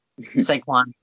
Saquon